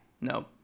No